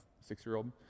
six-year-old